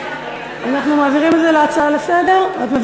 אבל אם זה הצעה לסדר-היום אז בסדר.